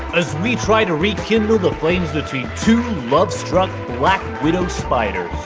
as we try to rekindle the flames between two lovestruck black widow spiders